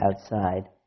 outside